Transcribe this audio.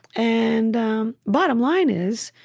and bottom line is,